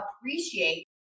appreciate